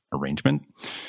arrangement